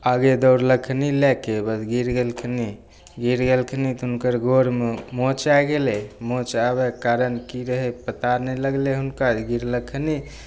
आगे दौड़लखिन लैके बस गिर गेलखिन गिर गेलखिन तऽ हुनकर गोड़मे मोच आबि गेलै मोच आबैके कारण कि रहै पता नहि लागलै हुनका जे गिरलखिन